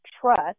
trust